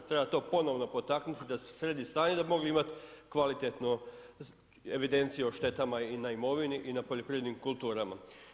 Treba to ponovno potaknuti da se sredi stanje da bi mogli imati kvalitetnu evidenciju o štetama na imovini i na poljoprivrednim kulturama.